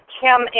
Kim